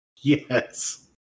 Yes